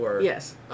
Yes